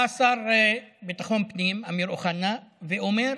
בא השר לביטחון הפנים אמיר אוחנה ואומר: